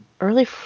Early